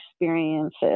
experiences